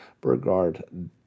Burgard